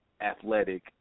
athletic